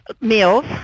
meals